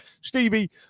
Stevie